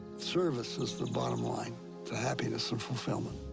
service is the bottom line to happiness and fulfillment.